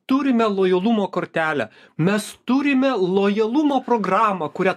turime lojalumo kortelę mes turime lojalumo programą kurią